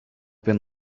been